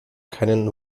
keinen